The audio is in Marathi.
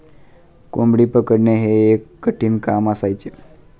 कोंबडी पकडणे हे एक कठीण काम असायचे